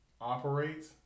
operates